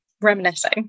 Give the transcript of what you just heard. reminiscing